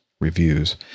reviews